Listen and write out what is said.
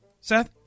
Seth